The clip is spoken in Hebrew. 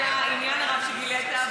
על העניין הרב שגילית,